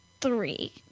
three